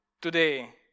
today